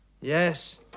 Yes